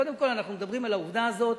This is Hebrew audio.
קודם כול, אנחנו מדברים על העובדה הזאת